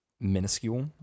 minuscule